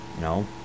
No